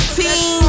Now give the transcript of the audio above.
team